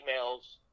emails